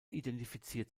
identifiziert